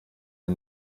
der